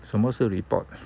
什么是 repot